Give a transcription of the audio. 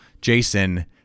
Jason